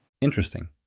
Interesting